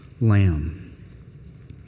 lamb